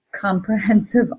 comprehensive